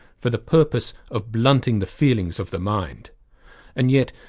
for the purpose of blunting the feelings of the mind and yet,